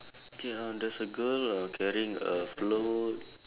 okay uh there's a girl uh carrying a float